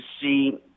see